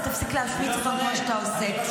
אז תפסיק להשמיץ אותם כמו שאתה עושה.